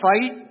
fight